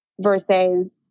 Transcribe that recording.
versus